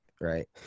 right